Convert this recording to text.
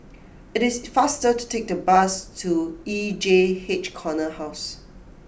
it is faster to take the bus to E J H Corner House